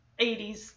80s